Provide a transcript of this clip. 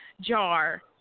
jar